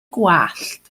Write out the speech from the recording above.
gwallt